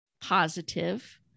positive